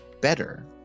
better